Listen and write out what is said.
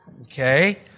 okay